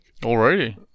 Alrighty